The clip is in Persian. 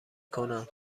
کنم